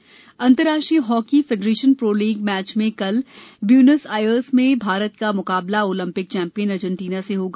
hockey अंतरराष्ट्रीय hockey federation pro league match में कल ब्यूनस आयर्स में भारत का मुकाबला ओलिम्पिक चैम्पियन अर्जेन्टीना से होगा